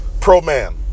pro-man